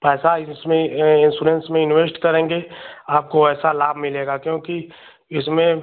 पैसा इसमें इन्श्योरेन्स में इन्वेस्ट करेंगे आपको वैसा लाभ मिलेगा क्योंकि इसमें